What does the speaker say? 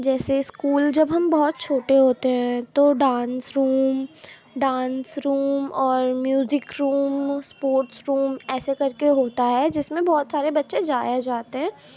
یسے school جب ہم بہت چھوٹے ہوتے ہیں تو ڈانس روم ڈانس روم اور میوزک روم اسپورٹس روم ایسے کرکے ہوتا ہے جس میں بہت سارے بچے جایا جاتے ہیں